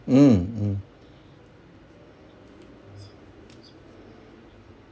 mm mm